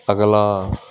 ਅਗਲਾ